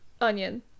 onion